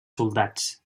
soldats